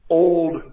old